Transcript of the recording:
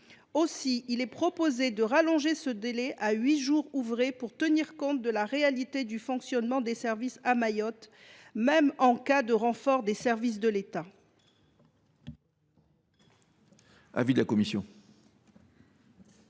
Aussi est il est proposé d’allonger ce délai à huit jours ouvrés, afin de tenir compte de la réalité du fonctionnement des services à Mayotte, même en cas de renfort des services de l’État.